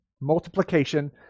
multiplication